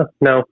no